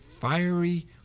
fiery